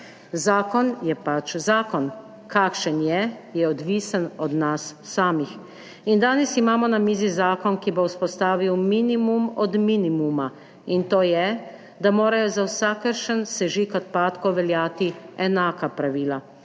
Zakon je pač zakon. Kakšen je, je odvisno od nas samih. Danes imamo na mizi zakon, ki bo vzpostavil minimum od minimuma, in to je, da morajo za vsakršen sežig odpadkov veljati enaka pravila,